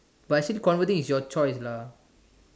but I see converting is your choice ah